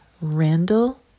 Randall